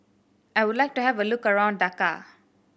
I would like to have a look around Dhaka